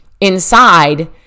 inside